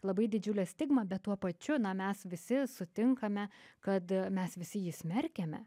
labai didžiulė stigma bet tuo pačiu na mes visi sutinkame kad mes visi jį smerkiame